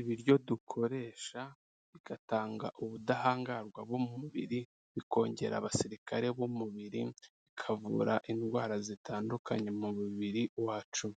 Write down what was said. Ibiryo dukoresha bigatanga ubudahangarwa bwo mu mubiri, bikongera abasirikare b'umubiri, bikavura indwara zitandukanye mu mubiri wacu.